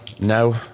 no